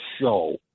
show